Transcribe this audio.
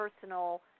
personal